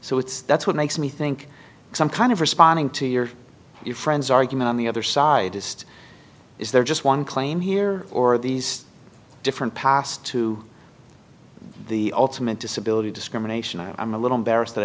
so it's that's what makes me think some kind of responding to your friends argument on the other side just is there just one claim here or these different passed to the ultimate disability discrimination i'm a little embarrassed that i